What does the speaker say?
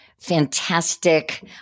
fantastic